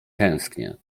tęsknie